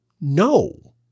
No